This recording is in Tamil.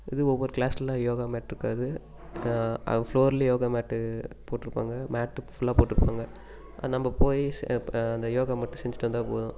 அது ஒவ்வொரு கிளாஸ்ல யோகா மேட்டிருக்காது ஃப்ளோர்லயே யோகா மேட்டு போட்டிருப்பாங்க மேட் ஃபுல்லாக போட்டிருப்பாங்க நம்ம போய் அந்த யோகா மட்டும் செஞ்சுகிட்டு வந்தால் போதும்